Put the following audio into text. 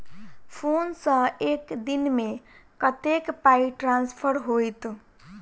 Phone सँ एक दिनमे कतेक पाई ट्रान्सफर होइत?